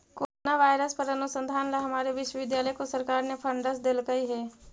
corona virus पर अनुसंधान ला हमारे विश्वविद्यालय को सरकार ने फंडस देलकइ हे